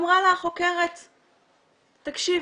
אמרה לה החוקרת: "תקשיבי,